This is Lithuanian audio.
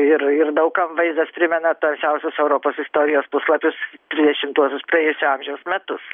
ir ir daug kam vaizdas primena tamsiausius europos istorijos puslapius trisdešimtuosius praėjusio amžiaus metus